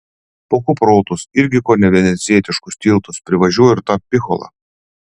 po kuprotus irgi kone venecijietiškus tiltus privažiuoju ir tą picholą